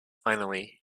finally